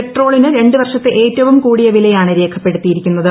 പെട്രോളിന് രണ്ട് വർഷ്ളത്ത് ഏറ്റവും കൂടി വിലയാണ് രേഖപ്പെടുത്തിയിരിക്കുന്ന്ത്